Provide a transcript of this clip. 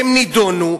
הם נידונו,